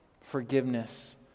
forgiveness